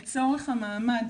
לצורך המעמד,